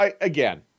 again